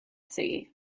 sea